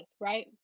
right